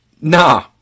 Nah